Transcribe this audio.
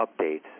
updates